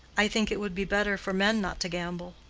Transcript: i think it would be better for men not to gamble.